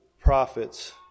prophets